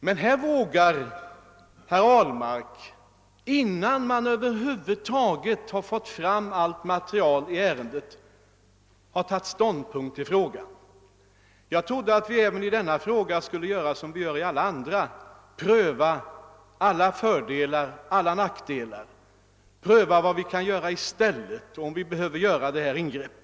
Men innan vi har fått fram allt material vågar ändå herr Ahlmark ta ståndpunkt. Jag trodde att vi också i detta fall skulle göra som alltid annars, dvs. pröva alla föroch nackdelar, se vad vi kan göra i stället och undersöka om vi verkligen behöver göra detta ingrepp.